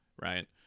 right